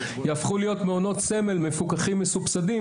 יהפכו להיות מעונות סמל מפוקחים מסובסדים